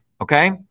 okay